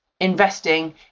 investing